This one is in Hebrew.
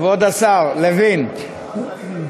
כבוד השר, לוין, תודה.